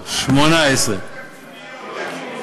18)